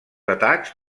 atacs